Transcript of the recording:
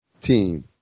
team